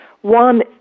one